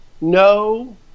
no